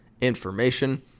information